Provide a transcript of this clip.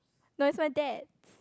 no it's my dad